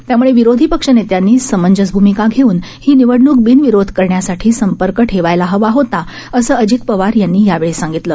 त्यामुळे विरोधी पक्षनेत्यांनी समंजस भूमिका घेऊन ही निवडणूक बिनविरोध करण्यासाठी संपर्क ठेवायला हवा होता असं अजित पवार यांनी यावेळी सांगितलं